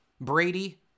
Brady